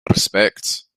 respects